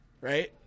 Right